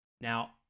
Now